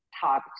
talked